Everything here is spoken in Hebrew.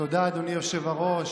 תודה, אדוני היושב-ראש.